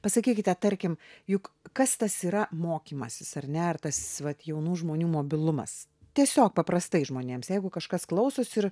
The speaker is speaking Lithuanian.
pasakykite tarkim juk kas tas yra mokymasis ar ne ar tas vat jaunų žmonių mobilumas tiesiog paprastai žmonėms jeigu kažkas klausosi ir